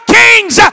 kings